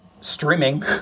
streaming